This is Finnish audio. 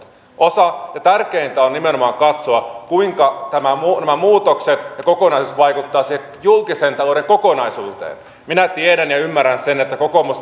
ja tärkeintä on nimenomaan katsoa kuinka nämä muutokset ja kokonaisuus vaikuttavat siihen julkisen talouden kokonaisuuteen minä tiedän ja ymmärrän sen että kokoomus